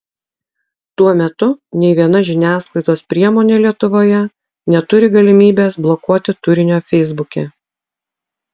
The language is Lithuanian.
tuo metu nei viena žiniasklaidos priemonė lietuvoje neturi galimybės blokuoti turinio feisbuke